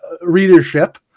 readership